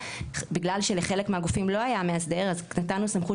בגלל שלחלק מהגופים לא היה מאסדר אז נתנו סמכות